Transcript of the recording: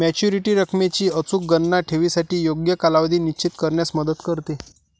maturity रकमेची अचूक गणना ठेवीसाठी योग्य कालावधी निश्चित करण्यात मदत करते